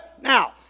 now